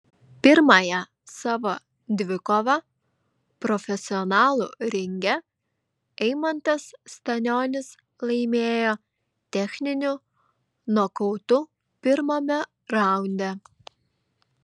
pirmąją savo dvikovą profesionalų ringe eimantas stanionis laimėjo techniniu nokautu pirmame raunde